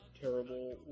terrible